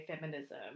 feminism